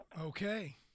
okay